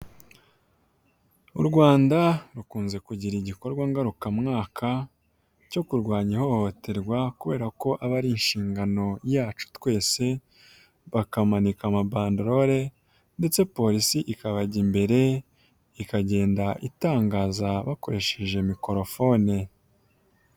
U rwanda rukunze kugira igikorwa ngarukamwaka cyo kurwanya ihohoterwa kubera ko aba ari inshingano yacu twese bakamanika ama bandilole ndetse polisi ikabajya imbere ikagenda itangaza bakoresheje mikorohone.